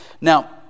Now